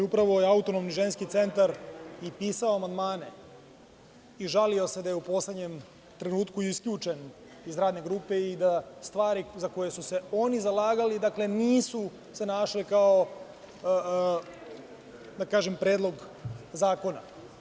Upravo je Autonomni ženski centar i pisao amandmane i žalio se da je u poslednjem trenutku isključen iz radne grupe i da stvari za koje su se oni zalagali nisu se našle kao, da kažem, predlog zakona.